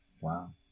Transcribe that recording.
Wow